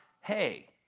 hey